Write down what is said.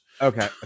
Okay